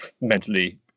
mentally